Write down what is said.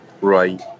right